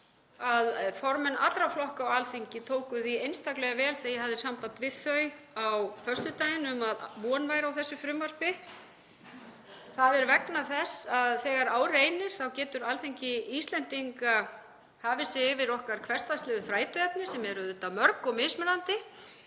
að formenn allra flokka á Alþingi tóku því einstaklega vel þegar ég hafði samband við þau á föstudaginn um að von væri á þessu frumvarpi. Það er vegna þess að þegar á reynir þá getur Alþingi Íslendinga hafið sig yfir okkar hversdagslegu þrætuefni, sem eru auðvitað mörg og mismunandi.